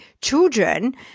children